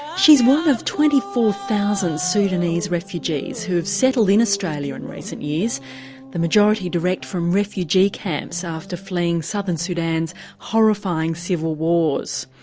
she's one of twenty four thousand sudanese refugees who've settle in australia in recent years the majority direct from refugee camps after fleeing southern sudan's horrifying civil wars.